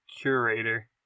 curator